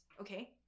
okay